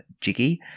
Jiggy